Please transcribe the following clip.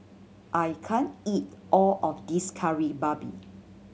I can't eat all of this Kari Babi